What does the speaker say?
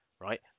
right